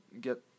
get